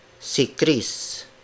Sikris